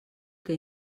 que